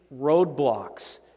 roadblocks